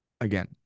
Again